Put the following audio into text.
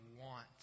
want